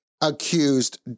accused